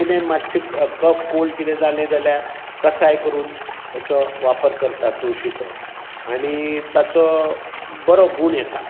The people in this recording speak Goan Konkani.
कितें मातशें काॅफ कोल्ड कितें जालें जाल्यार कसाय करून ताचो वापर करता तुळशीचो आनी ताचो बरो गूण येता